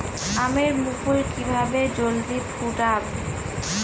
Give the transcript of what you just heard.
আমের মুকুল কিভাবে জলদি ফুটাব?